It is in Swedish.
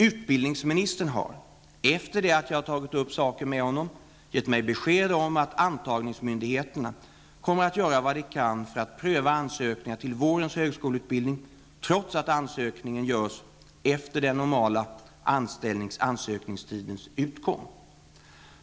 Utbildningsministern har, efter det att jag tagit upp saken med honom, gett mig besked om att antagningsmyndigheterna kommer att göra vad de kan för att pröva ansökningar till vårens högskoleutbildning, trots att ansökningen görs efter den normala ansökningstidens utgång.